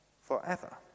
forever